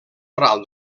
oral